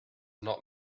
not